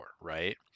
right